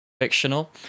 fictional